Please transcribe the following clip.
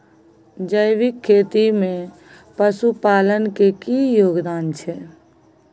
जैविक खेती में पशुपालन के की योगदान छै?